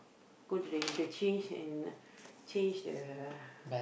go to the interchange and change the